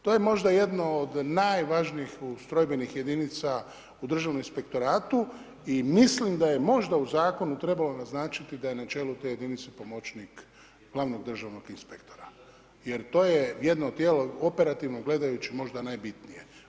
To je možda jedno od najvažnijih ustrojbenih jedinica u Državnom inspektoratu i mislim da je možda u zakonu trebalo naznačiti da je na čelu te jedinice pomoćnik glavnog državnog inspektora jer to je jedno tijelo operativno gledajući možda najbitnije.